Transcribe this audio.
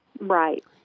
Right